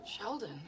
sheldon